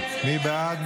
מי בעד?